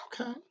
Okay